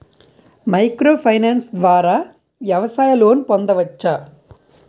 Micro finance ద్వారా వ్యవసాయ loan పొందవచ్చా?